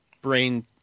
brain